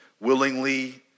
willingly